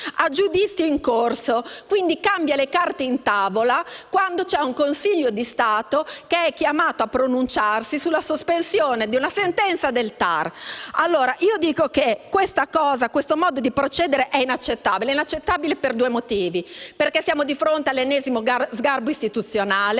a giudizio in corso e, quindi, cambia le carte in tavola, quando c'è un Consiglio di Stato chiamato a pronunciarsi sulla sospensione di una sentenza del TAR. Questo modo di procedere è inaccettabile per due motivi: anzitutto siamo di fronte all'ennesimo sgarbo istituzionale,